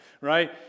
right